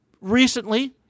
Recently